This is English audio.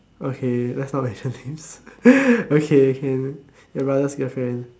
okay let's not mention names okay can your brother's girlfriend